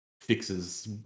fixes